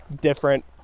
different